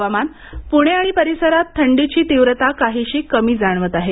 हवामान पूणे आणि परिसरात थंडीची तीव्रता काहीशी कमी जाणवत आहे